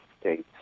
states